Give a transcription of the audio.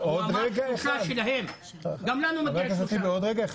גם לנו מגיע שלושה.